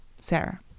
Sarah